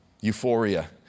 euphoria